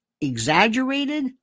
exaggerated